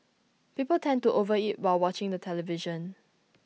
people tend to over eat while watching the television